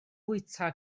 fwyta